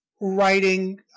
writing